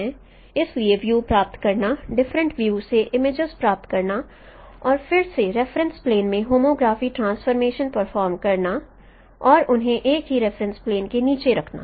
इसलिए व्यू प्राप्त करना डिफरेंट व्यू से इमेजेस प्राप्त करना और फिर एक रेफरेंस प्लेन में होमोग्राफी ट्रांसफॉर्मेशन परफॉर्म करना और उन्हें एक ही रेफरेंस प्लेन के नीचे रखना